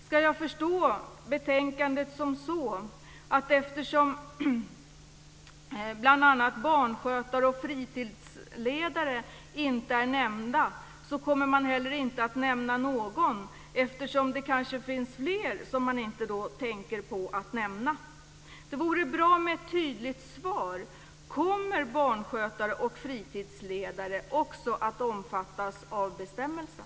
Ska jag förstå utbildningsutskottets betänkandet så att eftersom bl.a. barnskötare och fritidsledare inte är nämnda, det finns kanske flera man inte tänker på att nämna? Det vore bra med ett tydligt svar. Kommer också barnskötare och fritidsledare att omfattas av bestämmelsen?